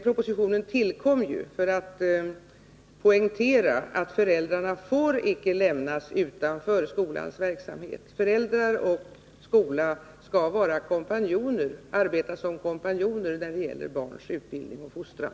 Propositionen tillkom för att poängtera att föräldrar icke får lämnas utanför skolans verksamhet. Föräldrar och skola skall arbeta som kompanjoner när det gäller barns utbildning och fostran.